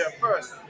first